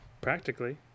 practically